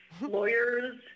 lawyers